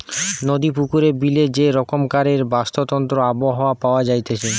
নদী, পুকুরে, বিলে যে রকমকারের বাস্তুতন্ত্র আবহাওয়া পাওয়া যাইতেছে